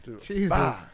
Jesus